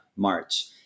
march